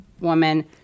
woman